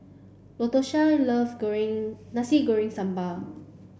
Latosha love Goreng Nasi Goreng Sambal